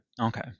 Okay